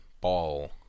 ball